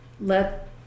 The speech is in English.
let